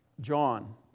John